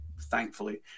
thankfully